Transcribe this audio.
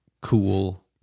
cool